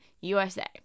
USA